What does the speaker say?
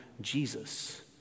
Jesus